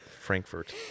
Frankfurt